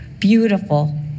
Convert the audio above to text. beautiful